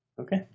Okay